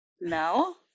No